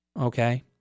Okay